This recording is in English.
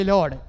Lord